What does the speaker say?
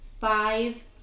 five